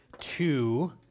two